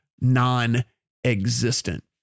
non-existent